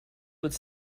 would